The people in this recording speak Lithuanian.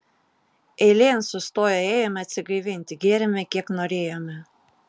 eilėn sustoję ėjome atsigaivinti gėrėme kiek norėjome